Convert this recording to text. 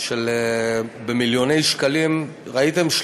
במיליוני שקלים, ראיתם?